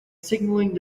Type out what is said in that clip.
signaling